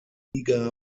liga